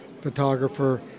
photographer